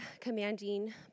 commanding